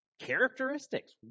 characteristics